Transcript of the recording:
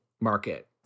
market